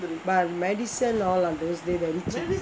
buy medicine all ah those days very cheap